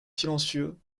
silencieux